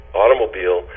automobile